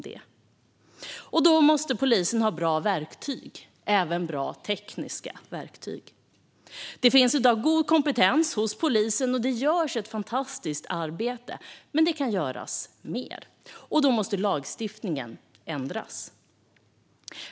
Där måste polisen ha bra verktyg, även bra tekniska verktyg. Det finns i dag god kompetens hos polisen, och det görs ett fantastiskt arbete, men det kan göras mer. Då måste lagstiftningen ändras.